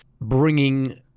bringing